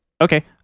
Okay